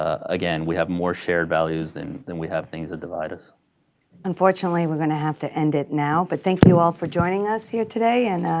ah again, we have more shared values than than we have things that divide us. lotrionte unfortunately we're going to have to end it now, but thank you all for joining us here today and